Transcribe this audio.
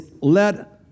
let